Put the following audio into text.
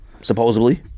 Supposedly